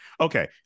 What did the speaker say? Okay